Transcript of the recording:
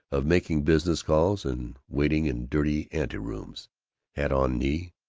of making business calls and waiting in dirty anterooms hat on knee,